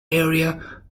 area